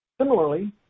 Similarly